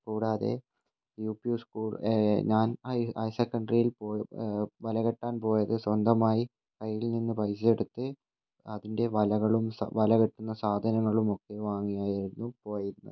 കൂടാതെ U P school ഞാൻ higher സെക്കൻഡറിയിൽ പോയി വല കെട്ടാൻ പോയത് സ്വന്തമായി കയ്യിൽ നിന്ന് പൈസ എടുത്ത് അതിൻ്റെ വലകളും വല കെട്ടുന്ന സാധനങ്ങളുമൊക്കെ വാങ്ങിയായിരുന്നു പോയിരുന്നത്